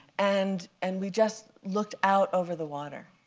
and and we just looked out over the water.